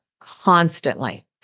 constantly